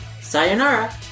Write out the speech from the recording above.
sayonara